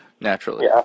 naturally